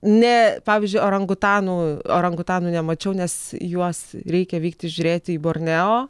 ne pavyzdžiui orangutanų orangutanų nemačiau nes juos reikia vykti žiūrėti į borneo